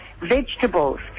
vegetables